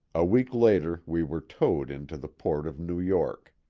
a week later we were towed into the port of new york.